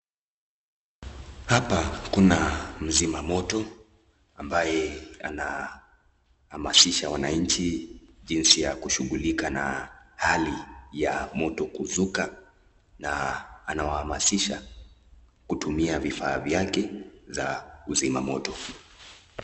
Hapa kuna mzima moto ambaye anahamasisha wananchi jinsi ya kushughulika na hali ya mtu kuvuka na anawahamasisha kutumia vifaa vyake vya uzima moto.